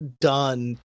done